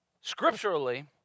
Scripturally